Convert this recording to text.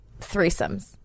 Threesomes